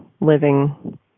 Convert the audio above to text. Living